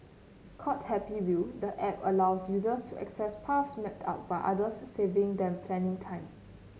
called Happy Wheel the app allows users to access paths mapped out by others saving them planning time